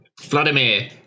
Vladimir